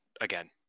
again